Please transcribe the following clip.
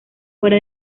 fuera